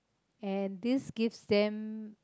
and this gives them